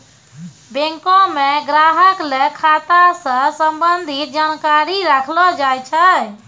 बैंको म ग्राहक ल खाता स संबंधित जानकारी रखलो जाय छै